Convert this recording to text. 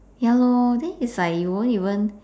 ya lor then is like you won't even